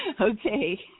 Okay